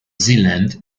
zealand